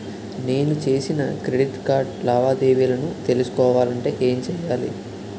నేను చేసిన credit card లావాదేవీలను తెలుసుకోవాలంటే ఏం చేయాలి?